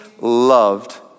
loved